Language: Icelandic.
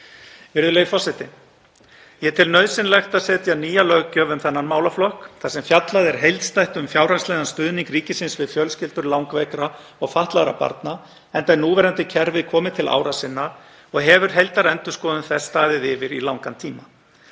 Virðulegi forseti. Ég tel nauðsynlegt að setja nýja löggjöf um þennan málaflokk þar sem fjallað er heildstætt um fjárhagslegan stuðning ríkisins við fjölskyldur langveikra og fatlaðra barna, enda er núverandi kerfi komið til ára sinna og hefur heildarendurskoðun þess staðið yfir í langan tíma.